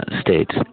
states